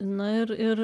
na ir ir